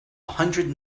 hundred